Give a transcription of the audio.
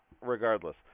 Regardless